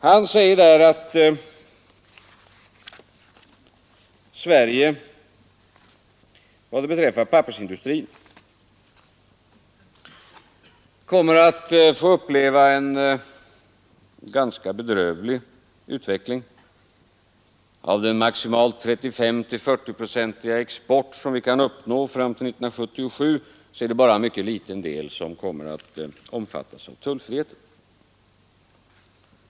Herr Bohman säger att Sverige vad beträffar pappersindustrin kommer att få uppleva en ganska bedrövlig utveckling. Av den maximalt 35—-40-procentiga exportökning som vi kan uppnå fram till 1977 är det bara en mycket liten del som kommer att omfattas av tullfriheten.